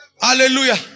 Hallelujah